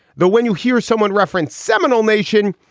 though, when you hear someone reference seminole nation,